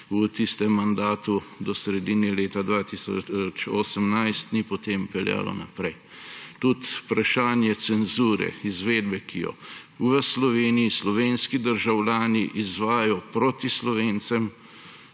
v tistem mandatu do sredine leta 2018 ni potem peljalo naprej. Tudi vprašanje cenzure, izvedbe, ki jo v Sloveniji slovenski državljani izvajajo proti Slovencem,